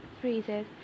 freezes